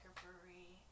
brewery